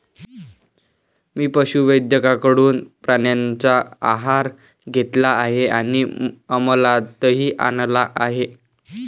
मी पशुवैद्यकाकडून प्राण्यांचा आहार घेतला आहे आणि अमलातही आणला आहे